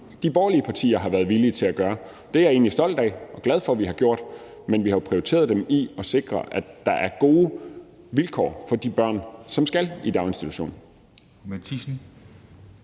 de borgerlige partier har været villige til at gøre, og det er jeg egentlig stolt af og glad for at vi har gjort. Men vi har jo prioriteret dem for at sikre, at der er gode vilkår for de børn, som skal i daginstitution.